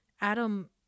adam